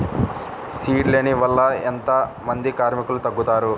Seed లేంబింగ్ వల్ల ఎంత మంది కార్మికులు తగ్గుతారు?